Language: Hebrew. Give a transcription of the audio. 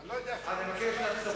אני מבקש לתקן